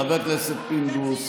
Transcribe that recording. חבר הכנסת פינדרוס.